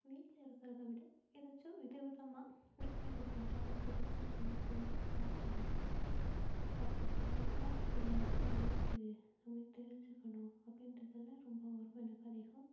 வீட்டில் இருக்கிறத விட எதாச்சும் வித விதமாக டிஃப்ரெண்ட் டிஃப்ரெண்ட்டான ப்ளேஸஸ் எல்லாம் போய் பார்க்கணும் அட் அந்த அட்மாஸ்பியரில் எப்படி இருக்குது அப்படின்னு தெரிஞ்சிக்கணும் அப்படின்றதெல்லாம் ரொம்ப ஆர்வம் எனக்கு அதிகம்